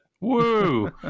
woo